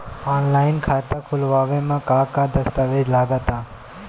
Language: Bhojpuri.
आनलाइन खाता खूलावे म का का दस्तावेज लगा ता?